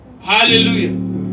Hallelujah